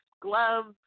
gloves